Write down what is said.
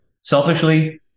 selfishly